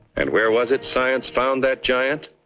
and where was it science found that giant?